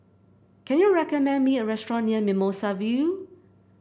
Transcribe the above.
can you recommend me a restaurant near Mimosa View